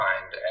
find